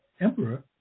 Emperor